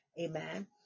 amen